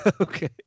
Okay